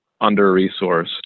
under-resourced